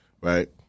right